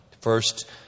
First